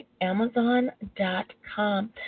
Amazon.com